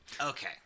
Okay